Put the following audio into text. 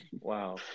Wow